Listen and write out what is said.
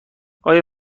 آیا